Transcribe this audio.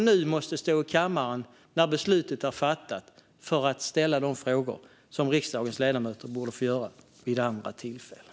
Nu måste vi stå i kammaren när beslutet är fattat för att ställa de frågor som riksdagens ledamöter borde ha fått ställa vid andra tillfällen.